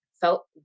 felt